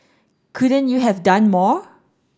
couldn't you have done more